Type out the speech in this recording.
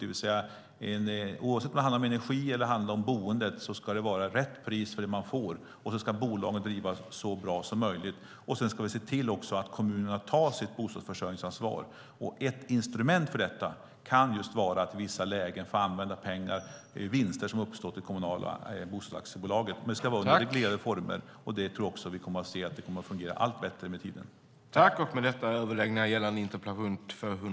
Oavsett om det handlar om energi eller boende ska det vara rätt pris för det som man får, och bolagen ska drivas så bra som möjligt. Vi ska också se till att kommunerna tar sitt bostadsförsörjningsansvar. Ett instrument för detta kan just vara att i vissa lägen få använda vinster som har uppstått i kommunala bostadsaktiebolag. Men det ska ske i reglerade former. Jag tror att vi kommer att få se att det kommer att fungera allt bättre med tiden.